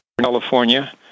California